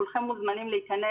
כולכם מוזמנים להיכנס.